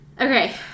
Okay